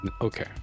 Okay